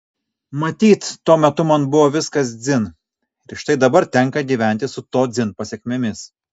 matyt tuo metu man buvo viskas dzin ir štai dabar tenka gyventi su to dzin pasekmėmis